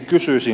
kysyisin